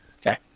okay